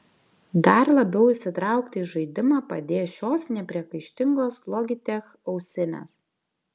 dar labiau įsitraukti į žaidimą padės šios nepriekaištingos logitech ausinės